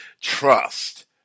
trust